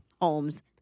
homes